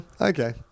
Okay